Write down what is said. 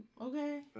Okay